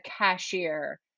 cashier